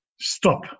stop